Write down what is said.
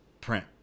print